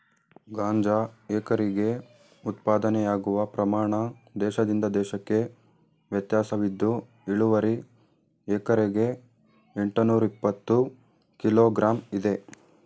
ಗಾಂಜಾ ಎಕರೆಗೆ ಉತ್ಪಾದನೆಯಾಗುವ ಪ್ರಮಾಣ ದೇಶದಿಂದ ದೇಶಕ್ಕೆ ವ್ಯತ್ಯಾಸವಿದ್ದು ಇಳುವರಿ ಎಕರೆಗೆ ಎಂಟ್ನೂರಇಪ್ಪತ್ತು ಕಿಲೋ ಗ್ರಾಂ ಇದೆ